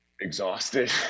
exhausted